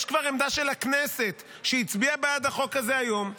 יש כבר עמדה של הכנסת שהצביעה בעד החוק הזה היום,